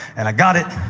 and i got it,